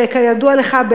וכידוע לך,